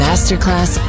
Masterclass